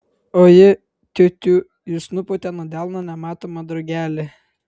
o ji tiu tiū jis nupūtė nuo delno nematomą drugelį